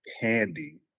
candy